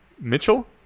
Mitchell